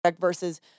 versus